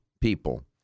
people